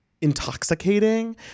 intoxicating